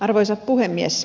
arvoisa puhemies